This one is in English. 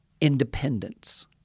independence